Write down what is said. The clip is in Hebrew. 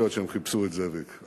נדמה לי שהם חיפשו את זאביק.